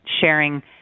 sharing